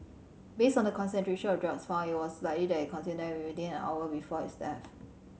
based on the concentration of drugs found it was likely that consumed them within an hour before his death